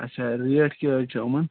آچھا ریٹ کیٛاہ حظ چھِ یِمَن